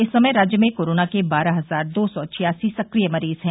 इस समय राज्य में कोरोना के बारह हजार दो सौ छियासी सक्रिय मरीज हैं